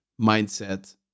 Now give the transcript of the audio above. mindset